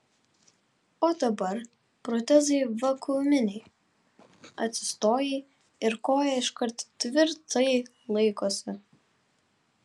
o dabar protezai vakuuminiai atsistojai ir koja iškart tvirtai laikosi